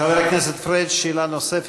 חבר הכנסת פריג', שאלה נוספת.